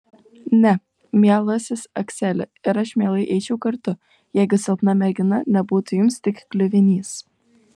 ne mielasis akseli ir aš mielai eičiau kartu jeigu silpna mergina nebūtų jums tik kliuvinys